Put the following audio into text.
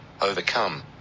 overcome